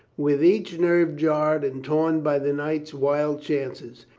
with each nerve jarred and torn by the night's wild chances,